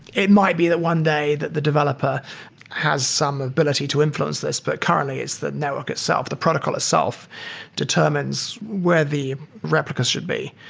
it might be that one day that the developer has some ability to infl uence this, but currently it's the network itself, the protocol itself determines where the replicas should be.